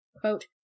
Quote